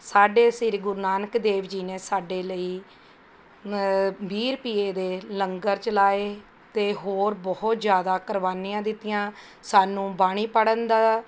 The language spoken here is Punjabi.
ਸਾਡੇ ਸ਼੍ਰੀ ਗੁਰੂ ਨਾਨਕ ਦੇਵ ਜੀ ਨੇ ਸਾਡੇ ਲਈ ਵੀਹ ਰੁਪਈਏ ਦੇ ਲੰਗਰ ਚਲਾਏ ਅਤੇ ਹੋਰ ਬਹੁਤ ਜ਼ਿਆਦਾ ਕੁਰਬਾਨੀਆਂ ਦਿੱਤੀਆਂ ਸਾਨੂੰ ਬਾਣੀ ਪੜ੍ਹਨ ਦਾ